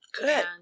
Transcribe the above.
good